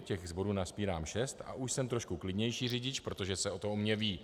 Těch bodů nasbírám šest a už jsem trošku klidnější řidič, protože se to o mně ví.